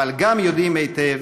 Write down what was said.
אבל גם יודעים היטב